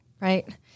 Right